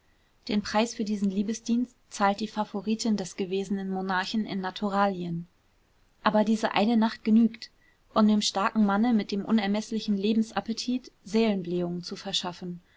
den preis für diesen liebesdienst zahlt die favoritin des gewesenen monarchen in naturalien aber diese eine nacht genügt um dem starken manne mit dem unermeßlichen lebensappetit seelenblähungen zu verschaffen